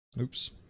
oops